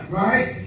right